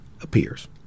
appears